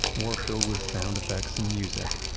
more filled with sound effects and music,